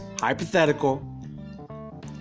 hypothetical